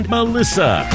Melissa